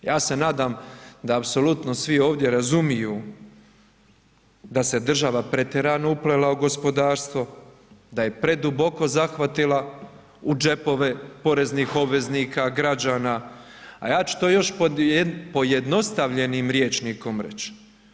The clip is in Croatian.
Ja se nadam da apsolutno svi ovdje razumiju da se država pretjerano uplela u gospodarstvo, da je preduboko zahvatila u džepove poreznih obveznika, građana, a ja ću to još pojednostavljenim rječnikom reći.